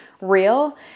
real